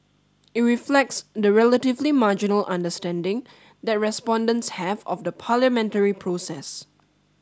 it reflects the relatively marginal understanding that respondents have of the parliamentary process